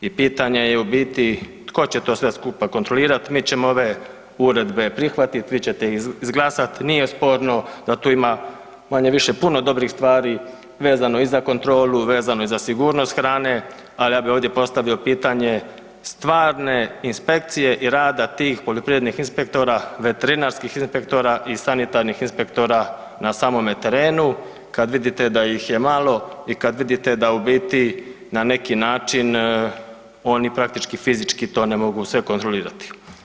I pitanje je u biti tko će to sve skupa kontrolirati, mi ćemo ove uredbe prihvatiti, vi ćete ih izglasati, nije sporno jer tu ima manje-više puno dobrih stvari vezano i za kontrolu, vezano i za sigurnost hrane, ali ja bih ovdje postavio pitanje stvarne inspekcije i rada tih poljoprivrednih inspektora, veterinarskih inspektora i sanitarnih inspektora na samome terenu kad vidite da ih je malo i kad vidite da u biti na neki način oni praktički fizički to ne mogu sve kontrolirati.